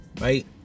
right